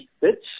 bits